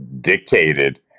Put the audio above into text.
dictated